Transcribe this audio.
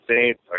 Saints